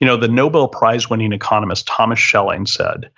you know nobel prize winning, economist, thomas shelling said